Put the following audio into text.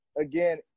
again